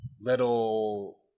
little